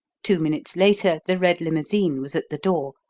two minutes later the red limousine was at the door,